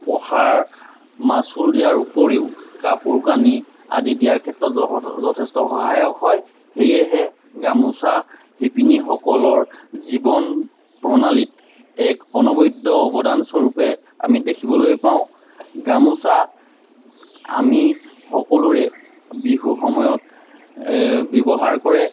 পঢ়াৰ মাচুল দিয়াৰ উপৰিও কাপোৰ কানি আদি দিয়াৰ ক্ষেত্ৰত যথেষ্ট সহায়ক হয় সেয়েহে গামোচা শিপিনীসকলৰ জীৱন প্ৰণালীত এক অনবদ্য অৱদানস্বৰূপে আমি দেখিবলৈ পাওঁ গামোচা আমি সকলোৱে বিহুৰ সময়ত ব্যৱহাৰ কৰে